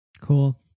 Cool